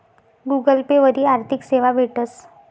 Google Pay वरी आर्थिक सेवा भेटस